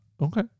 Okay